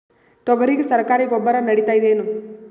ತೊಗರಿಗ ಸರಕಾರಿ ಗೊಬ್ಬರ ನಡಿತೈದೇನು?